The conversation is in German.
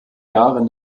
jahre